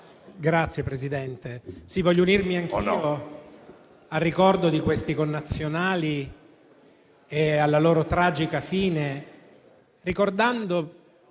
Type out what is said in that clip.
Signor Presidente, voglio unirmi anch'io al ricordo di quei connazionali e della loro tragica fine, ricordando